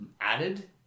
added